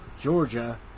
Georgia